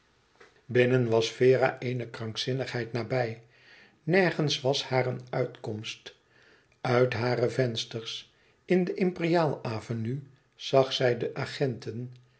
was vera eene krankzinnigheid nabij nergens was haar een uitkomst uit hare vensters in de imperiaal avenue zag zij de agenten